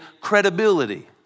credibility